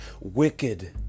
wicked